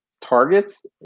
targets